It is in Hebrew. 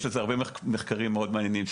יש לזה הרבה מחקרים מאוד מעניינים,